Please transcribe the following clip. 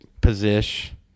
position